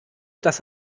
dass